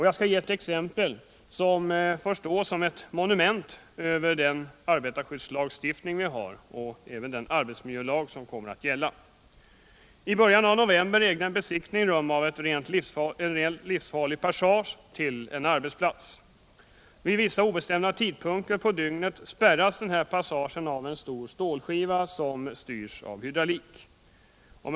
Jag skall ge ett exempel som får stå som ett monument över den arbetarskyddslagstiftning vi har och även över den arbetsmiljölag som kommer att gälla. I början av november ägde en besiktning rum av en rent livsfarlig passage till en arbetsplats. Vid vissa obestämda tidpunkter på dygnet spärras denna passage av en stor stålskiva, som styrs av hydraulik.